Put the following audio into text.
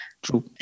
true